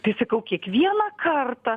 tai sakau kiekvieną kartą